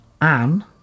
Anne